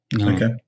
Okay